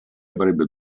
avrebbe